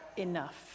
enough